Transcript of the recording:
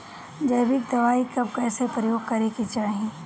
जैविक दवाई कब कैसे प्रयोग करे के चाही?